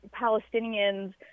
Palestinians